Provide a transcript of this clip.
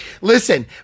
Listen